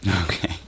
Okay